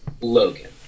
Logan